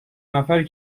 نفری